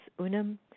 Unum